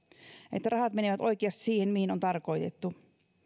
että rahat menevät oikeasti siihen mihin on tarkoitettu